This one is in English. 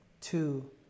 two